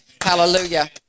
Hallelujah